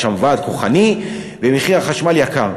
יש שם ועד כוחני והחשמל יקר.